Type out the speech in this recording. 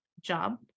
job